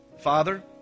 Father